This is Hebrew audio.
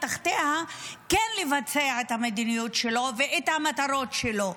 כן לבצע את המדיניות שלו ואת המטרות שלו.